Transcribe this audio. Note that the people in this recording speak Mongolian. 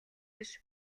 биш